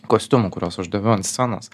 kostiumų kuriuos aš dėviu ant scenos